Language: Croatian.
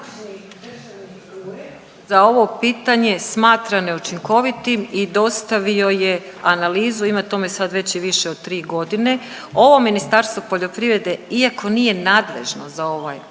za ovo pitanje smatra neučinkovitim i dostavio je analizu ima tome sad već i više od 3 godine. Ovo Ministarstvo poljoprivrede iako nije nadležno za ovaj ured je